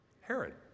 Herod